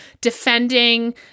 defending